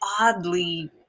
oddly